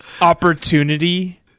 opportunity